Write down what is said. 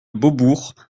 beaubourg